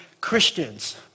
Christians